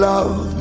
love